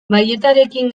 balletarekin